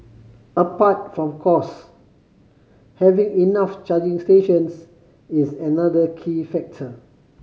apart from cost having enough charging stations is another key factor